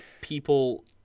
people